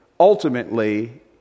ultimately